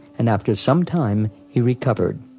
and after some time he recovered.